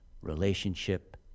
relationship